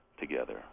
together